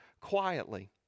quietly